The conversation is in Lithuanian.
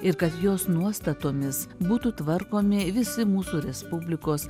ir kad jos nuostatomis būtų tvarkomi visi mūsų respublikos